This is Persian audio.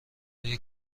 های